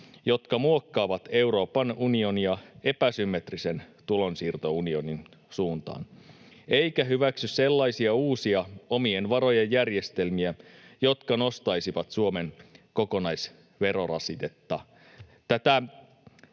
jotka muokkaavat Euroopan unionia epäsymmetrisen tulonsiirtounionin suuntaan, eikä hyväksy sellaisia uusia omien varojen järjestelmiä, jotka nostaisivat Suomen kokonaisverorasitetta.